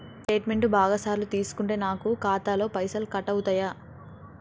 Statement బాగా సార్లు తీసుకుంటే నాకు ఖాతాలో పైసలు కట్ అవుతయా?